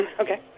Okay